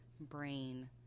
brain